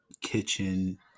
kitchen